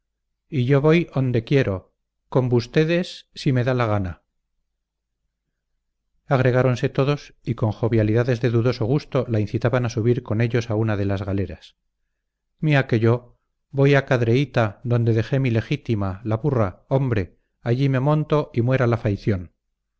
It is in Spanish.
y yo voy onde quiero con bustedes si me da la gana agregáronse otros y con jovialidades de dudoso gusto la incitaban a subir con ellos a una de las galeras miá que yo voy a cadreita donde dejé mi legítima la burra hombre allí me monto y muera la faición